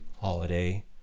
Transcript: holiday